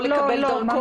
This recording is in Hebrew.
לא לקבל דרכון?